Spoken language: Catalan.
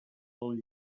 del